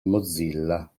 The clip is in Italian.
mozilla